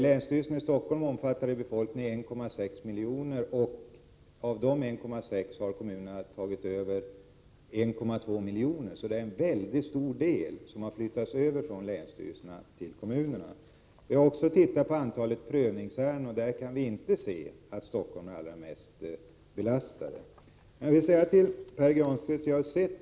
Länsstyrelsen i Stockholm omfattar en befolkning på 1,6 miljoner, och av dessa 1,6 miljoner har kommunerna tagit över uppgifter för 1,2 miljoner. En stor del av arbetet har alltså flyttats över från länsstyrelsen till kommunerna. Beträffande antalet prövningsärenden kan vi inte se att Stockholms län är det mest belastade.